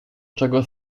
czego